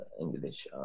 English